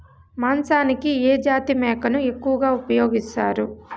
మాంసానికి ఏ జాతి మేకను ఎక్కువగా ఉపయోగిస్తారు?